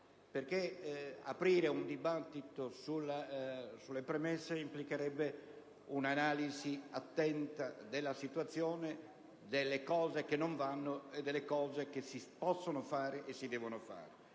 perché aprire un dibattito sulle premesse implicherebbe un'analisi attenta della situazione, delle cose che non vanno e di quelle che si possono e si devono fare.